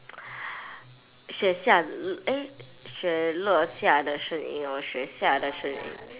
xue xia l~ eh xue luo xia de sheng yin or xue xia de sheng yin